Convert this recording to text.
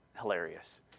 hilarious